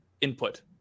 input